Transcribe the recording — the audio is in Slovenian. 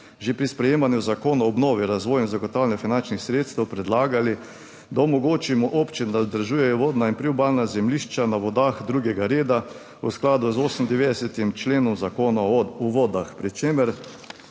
že pri sprejemanju Zakona o obnovi, razvoju in zagotavljanju finančnih sredstev predlagali, da omogočimo občinam, da vzdržujejo vodna in priobalna zemljišča na vodah drugega reda v skladu z 98. členom Zakona o vodah